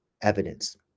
evidence